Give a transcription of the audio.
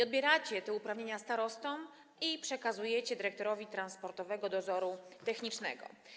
Odbieracie te uprawnienia starostom i przekazujecie je dyrektorowi Transportowego Dozoru Technicznego.